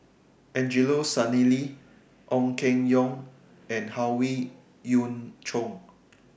Angelo Sanelli Ong Keng Yong and Howe Yoon Chong